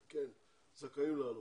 כן, הם זכאים לעלות.